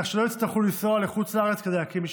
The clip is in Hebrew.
כך שלא יצטרכו לנסוע לחוץ לארץ כדי להקים משפחה,